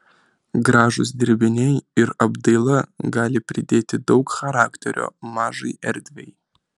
gražūs dirbtiniai ir apdaila gali pridėti daug charakterio mažai erdvei